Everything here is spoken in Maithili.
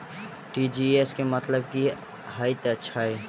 टी.जी.एस केँ मतलब की हएत छै?